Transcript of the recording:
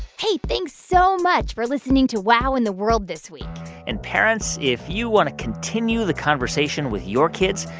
hey. thanks so much for listening to wow in the world this week and, parents, if you want to continue the conversation with your kids,